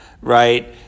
right